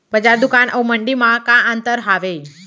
बजार, दुकान अऊ मंडी मा का अंतर हावे?